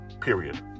period